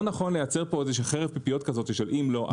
לא נכון לייצר פה חרב פיפיות של אם לא אז.